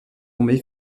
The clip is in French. tombé